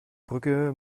brücke